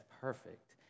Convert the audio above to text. perfect